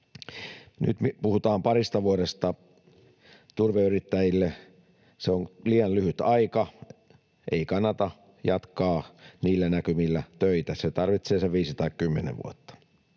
Nyt puhutaan parista vuodesta. Turveyrittäjille se on liian lyhyt aika, ei kannata jatkaa niillä näkymillä töitä. Se tarvitsee sen 5 tai 10 vuotta.